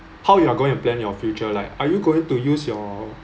how you are going to plan your future like are you going to use your